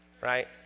right